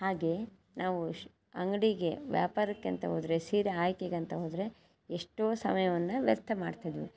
ಹಾಗೇ ನಾವು ಶ್ ಅಂಗಡಿಗೆ ವ್ಯಾಪಾರಕ್ಕೆ ಅಂತ ಹೋದ್ರೆ ಸೀರೆ ಆಯ್ಕೆಗಂತ ಹೋದರೆ ಎಷ್ಟೋ ಸಮಯವನ್ನು ವ್ಯರ್ಥ ಮಾಡ್ತಿದ್ವಿ